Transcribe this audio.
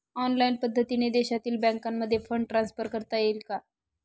Online पद्धतीने देशातील बँकांमध्ये फंड ट्रान्सफर करता येईल का?